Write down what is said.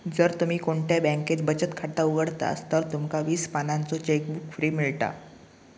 जर तुम्ही कोणत्या बॅन्केत बचत खाता उघडतास तर तुमका वीस पानांचो चेकबुक फ्री मिळता